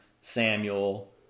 Samuel